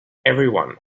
everyone